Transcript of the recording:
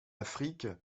afrique